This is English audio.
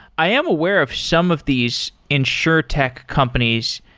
i am aware of some of these insuretech companies.